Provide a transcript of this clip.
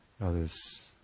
others